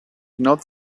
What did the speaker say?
not